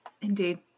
Indeed